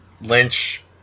Lynch